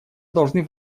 должны